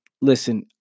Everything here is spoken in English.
listen